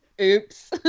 oops